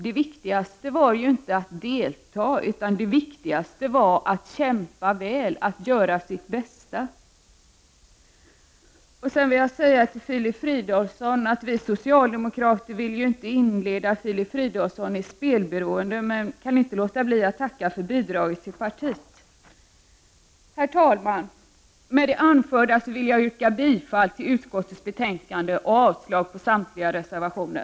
Det viktigaste var inte att delta, utan att kämpa väl, att göra sitt bästa. Till Filip Fridolfsson kan jag säga att vi socialdemokrater inte vill inleda honom i spelberoende, men jag kan inte låta bli att tacka för bidraget till partiet. Herr talman! Med det anförda vill jag yrka bifall till utskottets hemställan och avslag på samtliga reservationer.